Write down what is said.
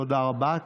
תודה רבה.